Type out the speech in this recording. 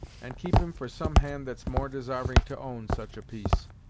and keep him for some hand that's more desarving to own such a piece.